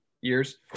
years